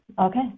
okay